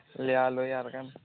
ଲେ ଆଓ ଲୋ ଆଓ ଆର୍ କିନ୍